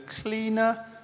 cleaner